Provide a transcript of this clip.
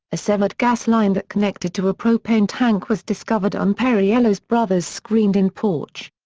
a severed gas line that connected to a propane tank was discovered on perriello's brother's screened-in porch.